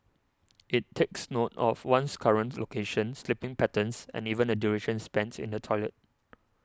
it takes note of one's current locations sleeping patterns and even the duration spends in the toilet